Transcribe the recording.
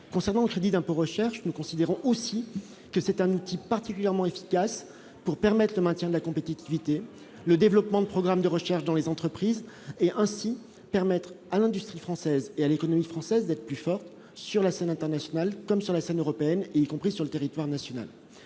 concernant crédit d'impôt recherche nous considérons aussi que c'est un outil particulièrement efficace pour permettre le maintien de la compétitivité, le développement de programmes de recherche dans les entreprises, et ainsi permettre à l'industrie française et à l'économie française d'être plus forte sur la scène internationale, comme sur la scène européenne, y compris sur le territoire national,